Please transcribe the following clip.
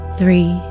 three